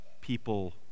people